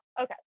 okay